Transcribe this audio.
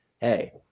Hey